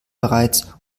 bereits